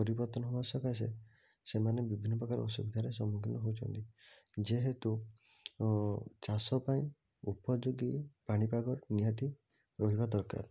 ପରିବର୍ତ୍ତନ ହେବା ସକାଶେ ସେମାନେ ବିଭିନ୍ନ ପ୍ରକାର ଅସୁବିଧାରେ ସମ୍ମୁଖୀନ ହେଉଛନ୍ତି ଯେହେତୁ ଚାଷପାଇଁ ଉପଯୋଗୀ ପାଣିପାଗ ନିହାତି ରହିବା ଦରକାର